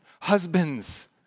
Husbands